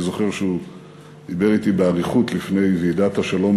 אני זוכר שהוא דיבר אתי באריכות לפני ועידת השלום